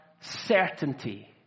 certainty